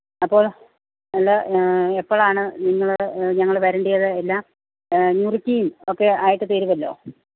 അപ്പോൾ ഞങ്ങൾ എപ്പോഴാണ് നിങ്ങൾ ഞങ്ങൾ വരണ്ടിയത് എല്ലാം നുറുക്കീം ഒക്കെ ആയിട്ട് തരുവല്ലോ